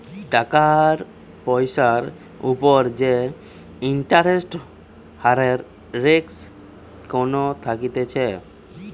টাকার পয়সার উপর যে ইন্টারেস্ট হারের রিস্ক কোনো থাকতিছে